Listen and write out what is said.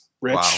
rich